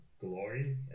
glory